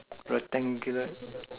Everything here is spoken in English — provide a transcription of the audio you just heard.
rectangular